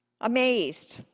Amazed